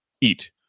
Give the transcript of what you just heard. eat